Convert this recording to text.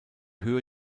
höhe